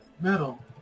metal